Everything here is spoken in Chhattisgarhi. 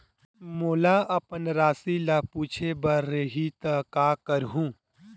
मोला अपन राशि ल पूछे बर रही त का करहूं?